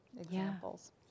examples